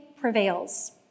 prevails